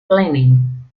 planning